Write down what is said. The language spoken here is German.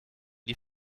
die